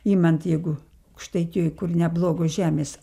imant jeigu aukštaitijoj kur neblogos žemės